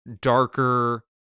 darker